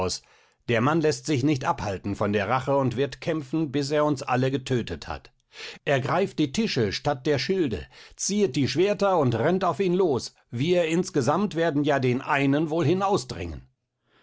der mann läßt sich nicht abhalten von der rache und wird kämpfen bis er uns alle getötet hat ergreift die tische statt der schilde ziehet die schwerter und rennt auf ihn los wir insgesamt werden ja den einen wohl